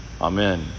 Amen